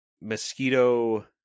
mosquito